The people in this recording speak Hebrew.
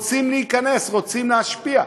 רוצים להיכנס, רוצים להשפיע.